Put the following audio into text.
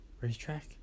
racetrack